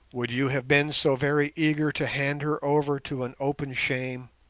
would you have been so very eager to hand her over to an open shame,